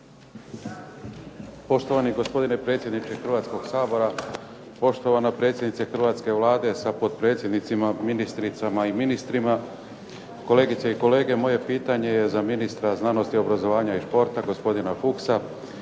Poštovani gospodine predsjedniče Hrvatskoga sabora, poštovana predsjednice Hrvatske vlade sa potpredsjednicima, ministricama i ministrima. Kolegice i kolege moje pitanje za ministra znanosti, obrazovanja i športa gospodina Fuchsa.